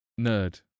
Nerd